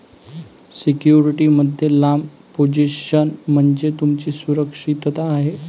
security मध्ये लांब position म्हणजे तुमची सुरक्षितता आहे